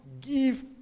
give